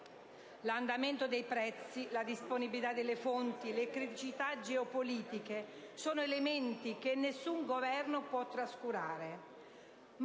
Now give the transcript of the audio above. L'andamento dei prezzi, la disponibilità delle fonti, le criticità geopolitiche sono elementi che nessun Governo può trascurare.